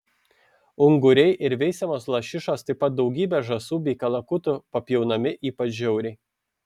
unguriai ir veisiamos lašišos taip pat daugybė žąsų bei kalakutų papjaunami ypač žiauriai